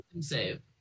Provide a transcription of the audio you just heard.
Save